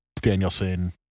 Danielson